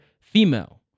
female